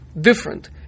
different